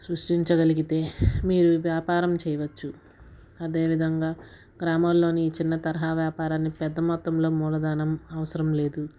సృష్టించగలిగితే మీరు వ్యాపారం చేయవచ్చు అదే విధంగా గ్రామాల్లోని చిన్న తరహా వ్యాపారాన్ని పెద్ద మొత్తంలో మూలధనం అవసరం లేదు